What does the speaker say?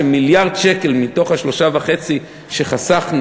שמיליארד שקל מתוך ה-3.5 שחסכנו